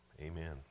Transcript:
Amen